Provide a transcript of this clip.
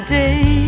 day